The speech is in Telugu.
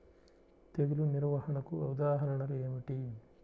తెగులు నిర్వహణకు ఉదాహరణలు ఏమిటి?